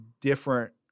different